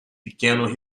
pequeno